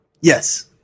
Yes